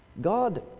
God